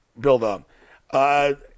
build-up